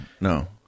no